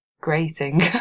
grating